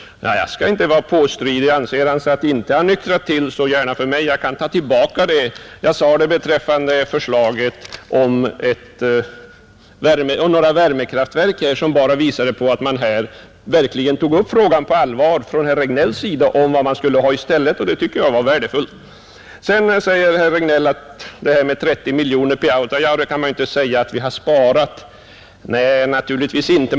Ja, jag skall inte vara påstridig — anser herr Börjesson att han inte nyktrat till, så gärna för mig. Jag kan ta tillbaka yttrandet för hans del. Jag anförde det beträffande förslaget om några värmekraftverk som visade att herr Regnéll verkligen på allvar tog upp frågan om vad man skulle ha i stället, och det tycker jag var värdefullt. Herr Regnéll säger att dessa 30 miljoner i Autajaure kan man inte göra gällande att vi skulle ha sparat. Nej, naturligtvis inte.